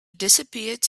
disappeared